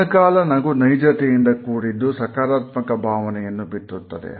ಚಿರಕಾಲ ನಗು ನೈಜತೆಯಿಂದ ಕೂಡಿದ್ದು ಸಕಾರಾತ್ಮಕ ಭಾವನೆಯನ್ನು ಬಿತ್ತುತ್ತದೆ